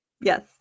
Yes